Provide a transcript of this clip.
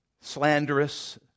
slanderous